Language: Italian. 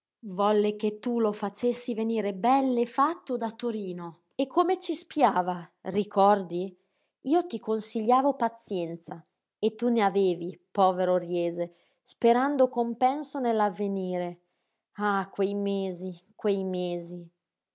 volle che tu lo facessi venire bell'e fatto da torino e come ci spiava ricordi io ti consigliavo pazienza e tu ne avevi povero riese sperando compenso nell'avvenire ah quei mesi quei mesi